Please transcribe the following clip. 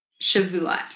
Shavuot